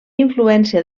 influència